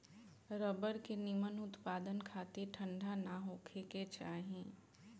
rubber के निमन उत्पदान खातिर ठंडा ना होखे के चाही